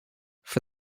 for